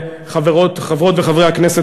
חברות וחברי הכנסת,